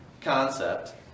concept